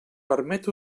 permet